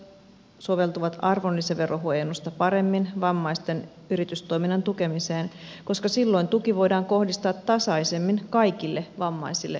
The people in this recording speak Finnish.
suorat tuet soveltuvat arvonlisäverohuojennusta paremmin vammaisten yritystoiminnan tukemiseen koska silloin tuki voidaan kohdistaa tasaisemmin kaikille vammaisille yrittäjille